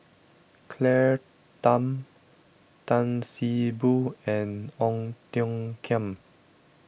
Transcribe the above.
Claire Tham Tan See Boo and Ong Tiong Khiam